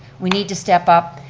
we need to step up,